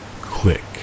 Click